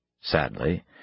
Sadly